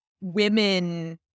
women